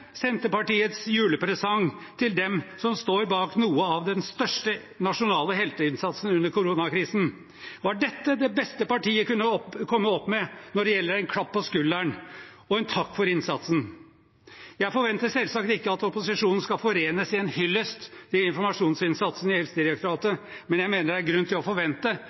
Senterpartiets julepresang til dem som står bak noe av den største nasjonale helteinnsatsen under koronakrisen? Var dette det beste partiet kunne komme opp med når det gjelder en klapp på skulderen og en takk for innsatsen? Jeg forventer selvsagt ikke at opposisjonen skal forenes i en hyllest av informasjonsinnsatsen i Helsedirektoratet, men jeg mener det er grunn til å forvente